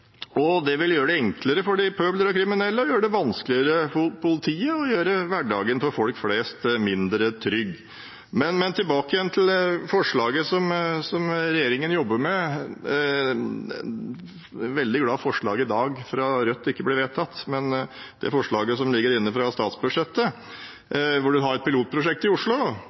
og det vil gjøre det enklere for pøbler og kriminelle, gjøre det vanskeligere for politiet og gjøre hverdagen for folk flest mindre trygg. Tilbake til forslaget som regjeringen jobber med: Jeg er veldig glad for at forslaget fra Miljøpartiet De Grønne i dag ikke blir vedtatt, men når det gjelder det forslaget som ligger inne fra statsbudsjettet om et pilotprosjekt i Oslo,